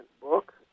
book